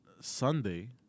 Sunday